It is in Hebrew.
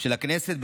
של הכנסת,